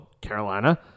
Carolina